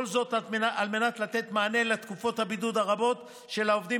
כל זאת על מנת לתת מענה לתקופות הבידוד הרבות של העובדים